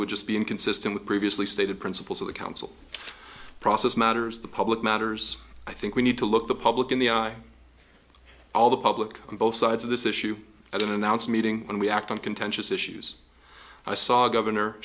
would just be inconsistent with previously stated principles of the council process matters the public matters i think we need to look the public in the eye all the public on both sides of this issue and then announce meeting when we act on contentious issues i saw governor